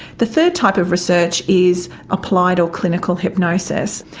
the third type of research is applied or clinical hypnosis.